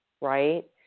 Right